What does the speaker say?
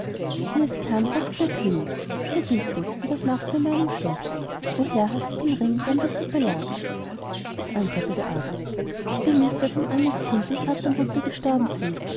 wie es kam sagte der könig wer bist du und was machst du in meinem schloß woher hast du den ring der in der suppe lag es antwortete aber ich bin nichts als ein armes kind dem vater und mutter gestorben sind